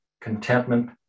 contentment